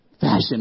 Fashion